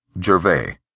Gervais